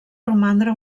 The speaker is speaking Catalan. romandre